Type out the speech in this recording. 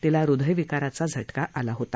तिला हृदयविकाराचा झटका आला होता